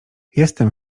jestem